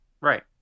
Right